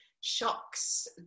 shocks